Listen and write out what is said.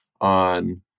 on